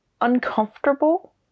uncomfortable